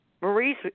Marie's